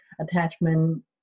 attachment